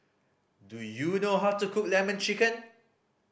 do you know how to cook Lemon Chicken